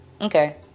Okay